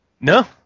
No